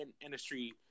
industry